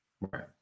Right